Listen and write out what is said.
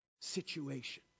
situation